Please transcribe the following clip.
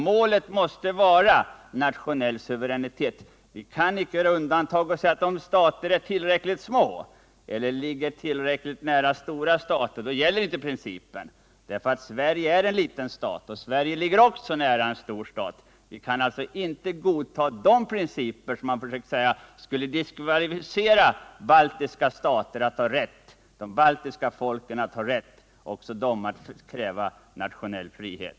Målet måste vara nationell suveränitet. Vi kan inte göra undantag och säga att om stater är tillräckligt små och ligger tillräckligt nära stora stater gäller inte principen. Sverige är också en liten stat och ligger nära en stor stat. Vi kan alltså inte godta den princip som skulle diskvalificera de baltiska folken och frånta dem rätten att kräva nationell frihet.